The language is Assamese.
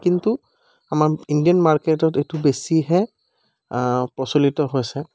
কিন্তু আমাৰ ইণ্ডিয়ান মাৰ্কেটত এইটো বেছিহে প্ৰচলিত হৈছে